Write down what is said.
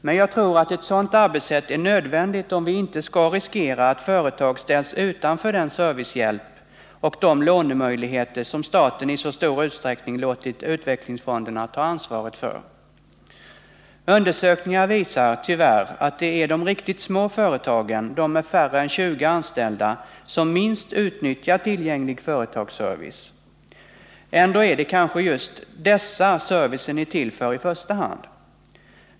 Men jag tror att ett sådant arbetssätt är nödvändigt, om vi inte skall riskera att företag ställs utanför den servicehjälp och de lånemöjligheter som staten i så stor utsträckning låtit utvecklingsfonderna ta ansvaret för. Undersökningar visar tyvärr att det är de riktigt små företagen, de med färre än 20 anställda, som minst utnyttjar tillgänglig företagsservice. Ändå är det kanske just dessa som servicen är till för i första hand.